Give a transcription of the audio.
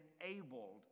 enabled